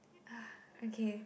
ah okay